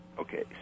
Okay